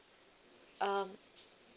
um